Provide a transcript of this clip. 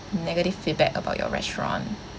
negative feedback about your restaurant